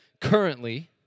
currently